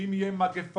שאם תהיה מגפה,